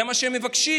זה מה שהם מבקשים.